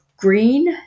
green